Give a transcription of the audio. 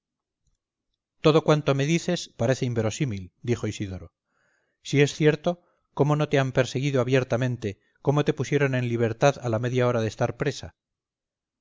todo todo cuanto me dices parece inverosímil dijo isidoro si es cierto cómo no te han perseguido abiertamente cómo te pusieron en libertad a la media hora de estar presa